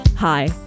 Hi